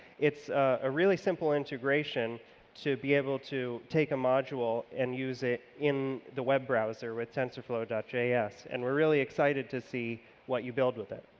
it's a really simple integration to be able to take a module and use it in the web browser with tensorflow js and we're really excited to see what you build with it.